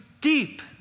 deep